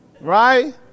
Right